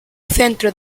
centro